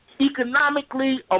economically